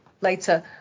later